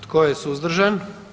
Tko je suzdržan?